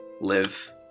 Live